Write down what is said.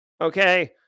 okay